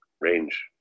range